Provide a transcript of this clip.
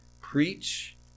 preach